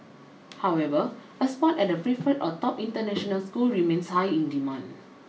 however a spot at a preferred or top international school remains high in demand